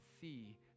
see